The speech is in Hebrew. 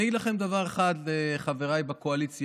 אני אגיד לכם דבר אחד, חבריי בקואליציה,